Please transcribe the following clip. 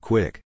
Quick